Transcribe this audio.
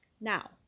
now